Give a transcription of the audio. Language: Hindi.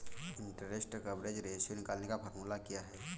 इंटरेस्ट कवरेज रेश्यो निकालने का फार्मूला क्या है?